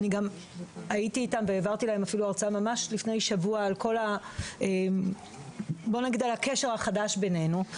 גם הייתי איתם והעברתי להם הרצאה ממש לפני שבוע על הקשר החדש בינינו,